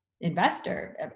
investor